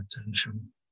attention